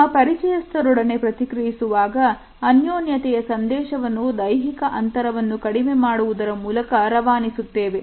ನಮ್ಮ ಪರಿಚಯಸ್ಥರೊಡನೆ ಪ್ರತಿಕ್ರಿಯಿಸುವಾಗ ಅನ್ಯೋನ್ಯತೆಯ ಸಂದೇಶವನ್ನು ದೈಹಿಕ ಅಂತರವನ್ನು ಕಡಿಮೆ ಮಾಡುವುದರ ಮೂಲಕ ರವಾನಿಸುತ್ತೇವೆ